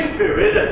Spirit